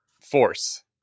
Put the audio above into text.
force